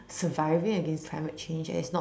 surviving against climate change and it's not